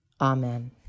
Amen